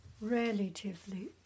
relatively